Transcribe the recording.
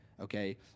Okay